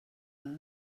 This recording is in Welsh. dda